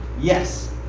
Yes